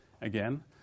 again